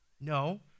No